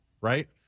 right